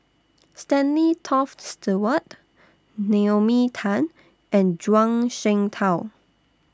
Stanley Toft Stewart Naomi Tan and Zhuang Shengtao